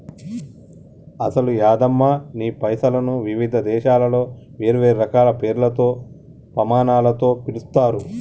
అసలు యాదమ్మ నీ పైసలను వివిధ దేశాలలో వేరువేరు రకాల పేర్లతో పమానాలతో పిలుస్తారు